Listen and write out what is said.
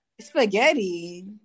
Spaghetti